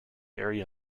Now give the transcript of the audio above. area